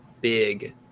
big